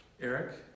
Eric